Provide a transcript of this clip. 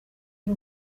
ari